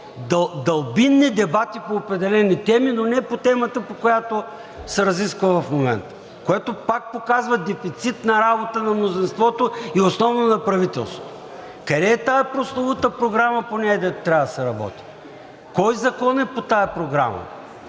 дълбинни дебати по определени теми, но не по темата, по която се разисква в момента. Което пак показва дефицит на работа на мнозинството и основно на правителството. Къде е тази прословута програма по нея, дето трябва да се работи?! Кой закон е по тази програма?